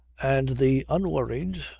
and the unworried,